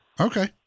Okay